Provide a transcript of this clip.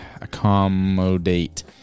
accommodate